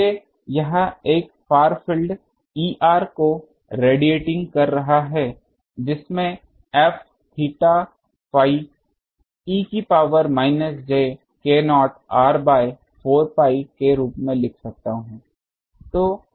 इसलिए यह एक फार फील्ड Er को रेडिएटिंग कर रहा है जिसे मैं f θφ e की power minus j K0 r by 4 pi के रूप में लिख सकता हूं